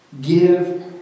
Give